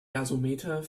gasometer